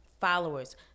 followers